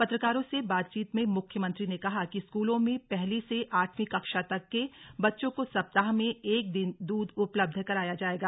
पत्रकारों से बातचीत में मुख्यमंत्री ने कहा कि स्कूलों में पहली से आठवीं कक्षा तक के बच्चों को सप्ताह में एक दिन दूध उपलब्ध कराया जायेगा